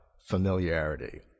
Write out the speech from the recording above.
familiarity